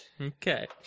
Okay